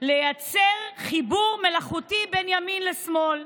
לייצר חיבור מלאכותי בין ימין לשמאל,